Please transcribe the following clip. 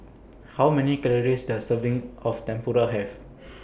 How Many Calories Does Serving of Tempura Have